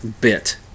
bit